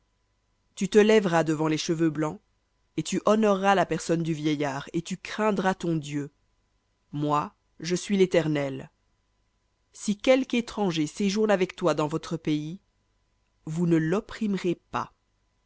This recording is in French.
tu te lèveras devant les cheveux blancs et tu honoreras la personne du vieillard et tu craindras ton dieu moi je suis léternel si quelque étranger séjourne avec toi dans votre pays vous ne l'opprimerez pas